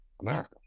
America